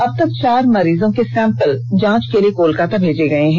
अबतक चार मरीजों के सैंपल जांच के लिए कोलकाता भेजे गये हैं